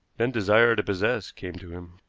then desire to possess came to him.